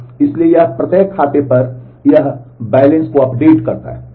इसलिए यह प्रत्येक खाते पर यह शेष अद्यतन करता है